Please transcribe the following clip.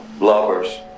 lovers